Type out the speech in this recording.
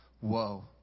whoa